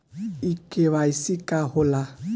इ के.वाइ.सी का हो ला?